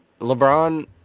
LeBron